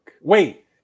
Wait